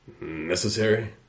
Necessary